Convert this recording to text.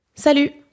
Salut